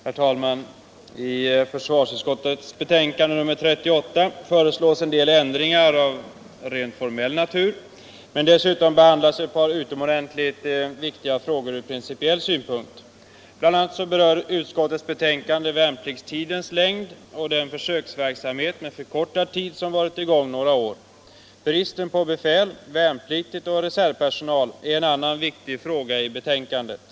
Herr talman! I försvarsutskottets betänkande nr 38 föreslås en del ändringar av rent formell natur. Men dessutom behandlas ett par utomordentligt viktiga frågor av principiell natur. Bl. a. berör utskottets betänkande värnpliktstidens längd och den försöksverksamhet med förkortad utbildningstid som varit i gång några år. Bristen på befäl — värn pliktigt och reservpersonal — är en annan viktig fråga i betänkandet.